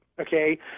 okay